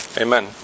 Amen